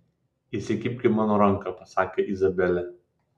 įsikibk į mano ranką pasakė izabelė